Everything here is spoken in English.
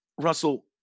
Russell